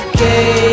Okay